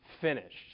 finished